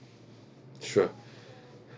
sure